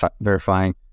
verifying